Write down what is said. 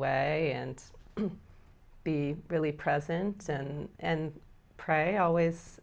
way and be really present and and pray always